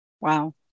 Wow